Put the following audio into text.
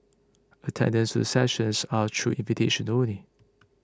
attendance to the sessions are through invitation only